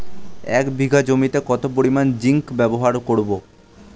এক বিঘা জমিতে কত পরিমান জিংক ব্যবহার করব?